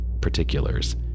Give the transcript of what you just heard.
particulars